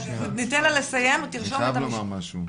אני חייב לומר משהו.